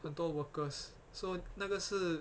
很多 workers so 那个是